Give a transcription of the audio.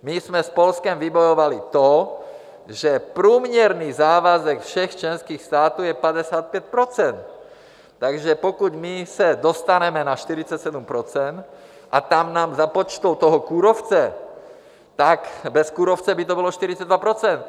My jsme s Polskem vybojovali to, že průměrný závazek všech členských států je 55 %, takže pokud my se dostaneme na 47 % a tam nám započtou toho kůrovce, tak bez kůrovce by to bylo 42 %.